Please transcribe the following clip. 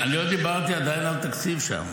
אני מניח שיש --- אני לא דיברתי עדיין על תקציב שם.